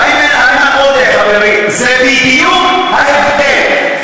איימן עודה, חברי, זה בדיוק ההבדל.